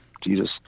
Jesus